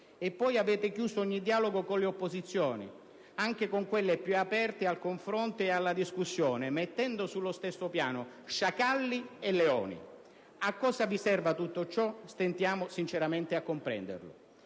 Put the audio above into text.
costi); avete chiuso ogni dialogo con le opposizioni, anche con quelle più aperte al confronto e alla discussione, mettendo sullo stesso piano «sciacalli e leoni». A cosa vi serva tutto ciò sinceramente stentiamo a comprenderlo.